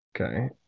Okay